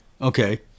Okay